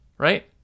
right